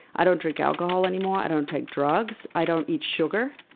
i don't drink alcohol anymore, i don't take drugs, i don't eat sugar.